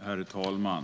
Herr talman!